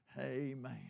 amen